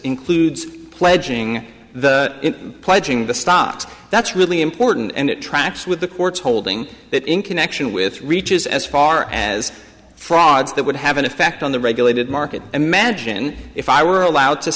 includes pledging the pledging the stops that's really important and it tracks with the court's holding that in connection with reaches as far as frauds that would have an effect on the regulated market imagine if i were allowed to